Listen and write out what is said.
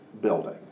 building